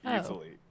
easily